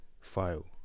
file